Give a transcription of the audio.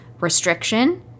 restriction